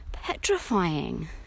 petrifying